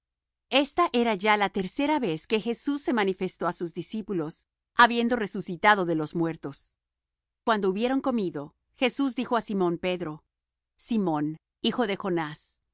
esta era ya la tercera vez que jesús se manifestó á sus discípulos habiendo resucitado de los muertos y cuando hubieron comido jesús dijo á simón pedro simón hijo de jonás